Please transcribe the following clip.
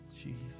Jesus